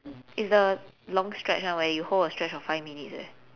it's the long stretch [one] where you hold a stretch for five minutes leh